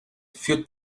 führt